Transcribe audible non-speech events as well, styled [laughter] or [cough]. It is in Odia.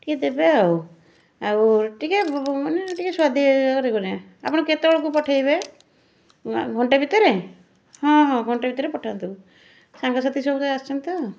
ଟିକିଏ ଦେବେ ଆଉ ଆଉ ଟିକିଏ ମାନେ ଟିକିଏ ସୁଆଦିଆ [unintelligible] ଆପଣ କେତେବେଳକୁ ପଠେଇବେ ନା ଘଣ୍ଟେ ଭିତରେ ହଁ ହଁ ଘଣ୍ଟେ ଭିତରେ ପଠାନ୍ତୁ ସାଙ୍ଗସାଥି ସବୁକା ଆସିଛନ୍ତି ତ